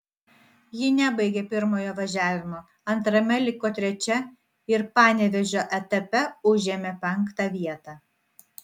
ji nebaigė pirmojo važiavimo antrame liko trečia ir panevėžio etape užėmė penktą vietą